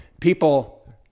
people